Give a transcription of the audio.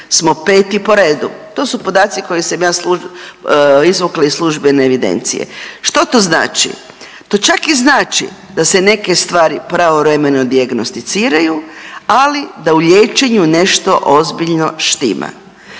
smo 5 po redu. To su podaci koje sam ja izvukla iz službene evidencije. Što to znači? To čak i znači da se neke stvari pravovremeno dijagnosticiraju, ali da u liječenju nešto ozbiljno štima.